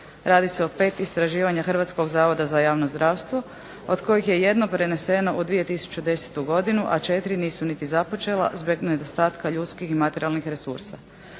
Radi se o 5 istraživanja Hrvatskog zavoda za javno zdravstvo od kojih je jedno preneseno u 2010. godinu a četiri nisu niti započela zbog nedostatka ljudskih i materijalnih resursa.